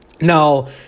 Now